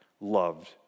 loved